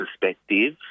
perspective